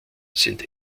sind